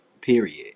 Period